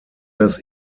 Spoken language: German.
das